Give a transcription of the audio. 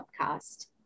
podcast